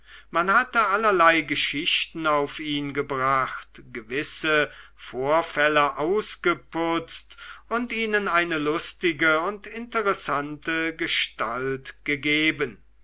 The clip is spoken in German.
man hatte allerlei geschichten auf ihn gebracht gewisse vorfälle ausgeputzt und ihnen eine lustige und interessante gestalt gegeben